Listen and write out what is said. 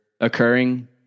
occurring